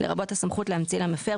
לרבות הסמכות להמציא למפר,